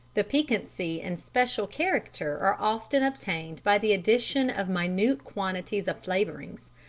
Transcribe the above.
the piquancy and special character are often obtained by the addition of minute quantities of flavourings.